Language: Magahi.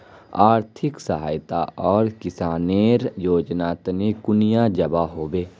आर्थिक सहायता आर किसानेर योजना तने कुनियाँ जबा होबे?